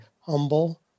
humble